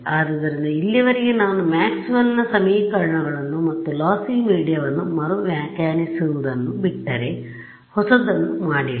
ಆದ್ದರಿಂದ ಇಲ್ಲಿಯವರೆಗೆ ನಾನು ಮ್ಯಾಕ್ಸ್ವೆಲ್ನ ಸಮೀಕರಣಗಳನ್ನು ಮತ್ತು ಲೋಸ್ಸಿ ಮೀಡಿಯಾವನ್ನು ಮರು ವ್ಯಾಖ್ಯಾನಿಸುವುದನ್ನು ಬಿಟ್ಟರೆ ಹೊಸದನ್ನು ಮಾಡಿಲ್ಲ